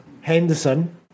Henderson